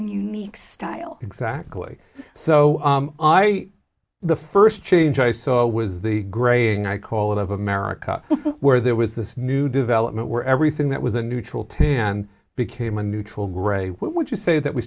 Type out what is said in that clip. and unique style exactly so the first change i saw was the graying i call it of america where there was this new development where everything that was a neutral to and became a neutral gray would you say that we